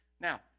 Now